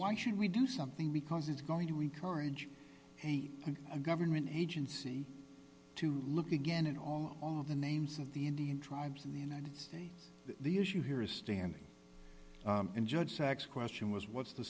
why should we do something because it's going to encourage a government agency to look again at all of the names of the indian tribes in the united states the issue here is standing in judge sacks question was what's the